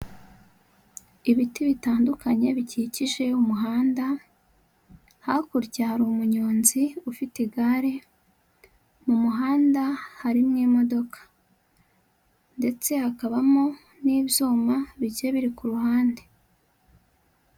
Ibiti bitandukanye bikikije umuhanda, hakurya hari umuyonzi ufite igare, mu muhanda harimo imodoka ndetse hakabamo n'ibyuma bigiye biri ku ruhande.